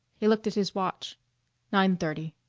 he looked at his watch nine-thirty.